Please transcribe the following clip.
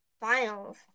Finals